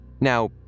Now